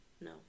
No